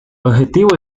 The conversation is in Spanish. objetivo